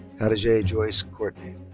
kadejah joyce courtney.